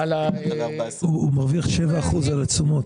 הוא מרוויח 7% על התשומות.